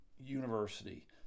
University